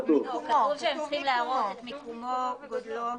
כתוב שצריך להראות את מיקומו, גודלו.